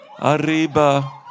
Arriba